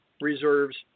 reserves